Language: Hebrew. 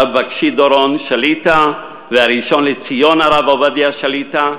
הרב בקשי-דורון שליט"א והראשון לציון הרב עובדיה שליט"א,